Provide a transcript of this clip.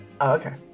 Okay